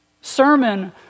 sermon